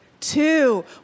two